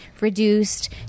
reduced